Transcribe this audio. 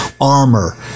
armor